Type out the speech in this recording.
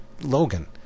Logan